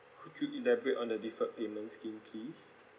could you elaborate on the deferred payment scheme please